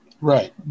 Right